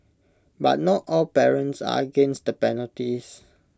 but not all parents are against the penalties